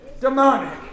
Demonic